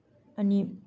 अनि